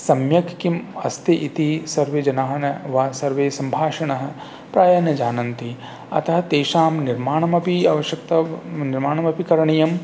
सम्यक् किम् अस्ति इति सर्वे जनाः न वा सर्वे सम्भाषणं प्रायः न जानन्ति अतः तेषां निर्माणमपि आवश्यकता निर्माणमपि करणीयं